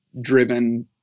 driven